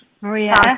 Maria